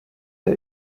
der